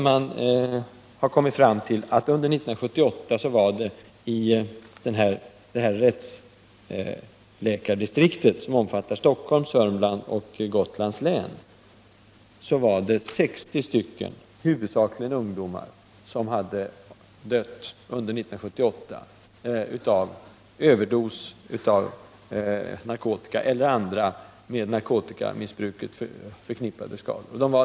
Man har kommit fram till att det under 1978 i det här rättsläkardistriktet, som omfattar Stockholm, Sörmland och Gotlands län, var 60 personer — huvudsakligen ungdomar — som hade dött av överdos av narkotika eller av andra med narkotikamissbruket förknippade skador.